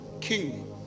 king